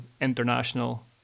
international